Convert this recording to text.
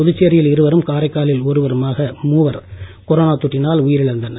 புதுச்சேரியில் இருவரும் காரைக்காலில் ஒருவருமாக மூவர் கொரோனா தொற்றினால் உயிரிழந்தனர்